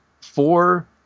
four